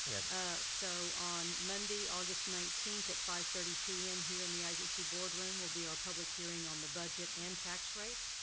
yeah ah so, on monday, august nineteen at five thirty pm here in the isensee board room will be our public hearing on the budget and tax rate.